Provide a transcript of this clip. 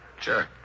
Sure